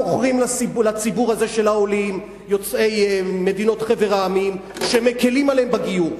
מוכרים לציבור הזה של העולים יוצאי חבר המדינות שמקלים עליהם בגיור.